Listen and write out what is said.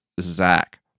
Zach